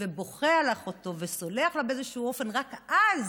ובוכה על אחותו וסולח לה באיזשהו אופן, רק אז